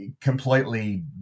completely